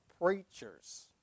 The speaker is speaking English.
preachers